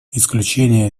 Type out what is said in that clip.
исключения